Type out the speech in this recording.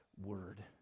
word